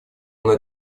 она